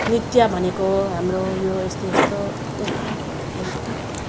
नृत्य भनेको हाम्रो यो यस्तो यस्तो हो